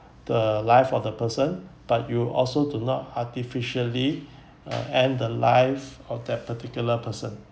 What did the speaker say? the life of the person but you also do not artificially uh end the lives of that particular person